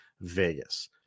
Vegas